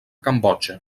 cambodja